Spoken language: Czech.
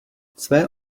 své